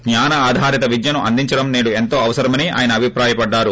జ్ఞాన ఆధారిత విద్యను అందించడం సేడు ఎంతో అవసరమని ఆయన అభిప్రాయపడ్డారు